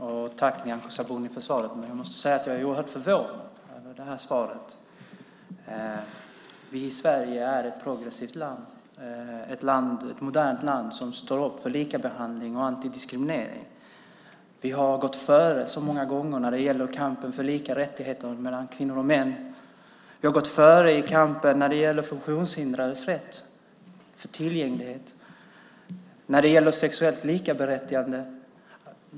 Herr talman! Tack, Nyamko Sabuni, för svaret! Men jag måste säga att jag är oerhört förvånad över det här svaret. Sverige är ett progressivt land, ett modernt land som står upp för likabehandling och antidiskriminering. Vi har gått före så många gånger när det gäller kampen för lika rättigheter för kvinnor och män. Vi har gått före i kampen när det gäller funktionshindrades rätt till tillgänglighet och när det gäller sexuellt likaberättigande.